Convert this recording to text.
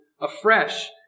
afresh